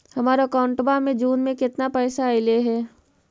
हमर अकाउँटवा मे जून में केतना पैसा अईले हे?